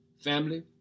Family